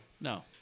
No